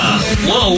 Whoa